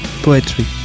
poetry